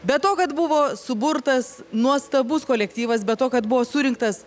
be to kad buvo suburtas nuostabus kolektyvas be to kad buvo surinktas